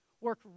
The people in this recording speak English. Work